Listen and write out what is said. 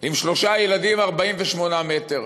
עם שלושה ילדים, 48 מ"ר.